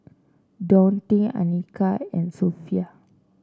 Daunte Anika and Sophie